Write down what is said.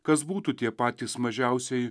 kas būtų tie patys mažiausieji